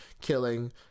killing